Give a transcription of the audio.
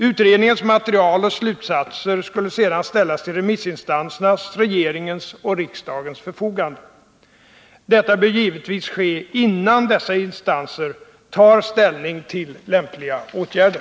Utredningens material och slutsatser skulle sedan ställas till remissinstansernas, 7 regeringens och riksdagens förfogande. Detta bör givetvis ske innan dessa instanser tar ställning till lämpliga åtgärder.